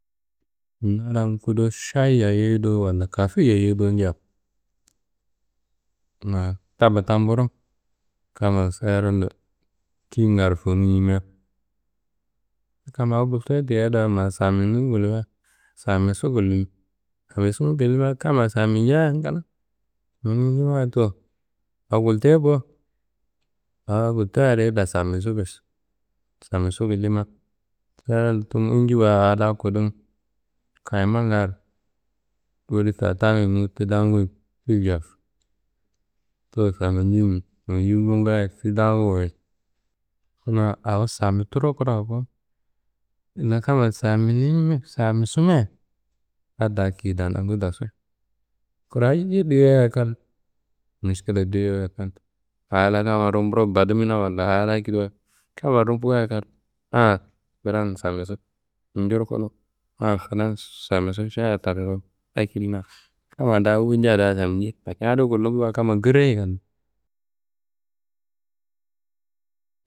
Na lan kudo šayi yayoi dowo walla kafe yayoi dowo nja ma taba tamburo kamma seyerondo tiyingaro fuwunun yimia, kamma awo gultiye diyia da ma saminu gullimia, samisu gullimi, samisu gullimia kamma saminja ngla, saminjunu wayi towo awo gultiye bo, a gultuyadi illa samisu bes. Samisu gullimia coron tumu inji wayi a la kudum kayimanga woli tatanu yumu ti daanguyi tulja towo saminjimu saminjibo ngaaye ti dangu wuyina. Kuna awo samituro kuro bo na kamma saminimia samisumia adi da kiyi danangu dasu. Kuna ayiye duyeiayi kal, miškila duyeyiayi kal, a la kamma rumburo badiminawa walla a la akediwa kamma rumbu wayi kal, ah filan samisu njurkunu, ah samisu šayia tanu kon akedimia kamma da wunja da saminji lakin adi gullumbuwa kamma girayi gal.